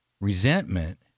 resentment